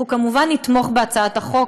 אנחנו כמובן נתמוך בהצעת החוק.